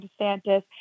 DeSantis